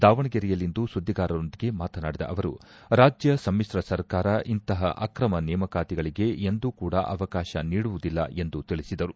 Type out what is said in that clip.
ದಾವಣಗೆರೆಯಲ್ಲಿಂದು ಸುದ್ಗಿಗಾರರೊಂದಿಗೆ ಮಾತನಾಡಿದ ಅವರು ರಾಜ್ಯ ಸಮಿತ್ರ ಸರ್ಕಾರ ಇಂತಹ ಆಕ್ರಮ ನೇಮಕಾತಿಗಳಿಗೆ ಎಂದೂ ಕೂಡ ಅವಕಾಶ ನೀಡುವುದಿಲ್ಲ ಎಂದು ತಿಳಿಸಿದರು